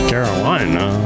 Carolina